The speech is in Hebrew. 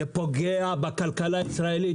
זה פוגע בכלכלה הישראלית,